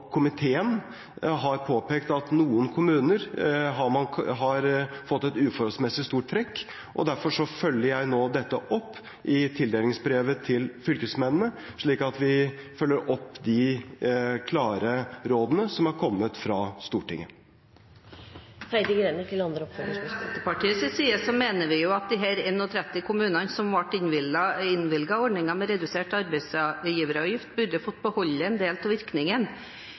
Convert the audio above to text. vi har foretatt en ytterligere justering av dette i 2015. Kommunal- og forvaltningskomiteen har påpekt at noen kommuner har fått et uforholdsmessig stort trekk. Derfor følger jeg dette opp i tildelingsbrevet til fylkesmennene, slik at vi følger opp de klare rådene som er kommet fra Stortinget. Fra Senterpartiets side mener vi at de 31 kommunene som ble innvilget ordningen med redusert arbeidsgiveravgift, burde fått beholde en del av virkningen.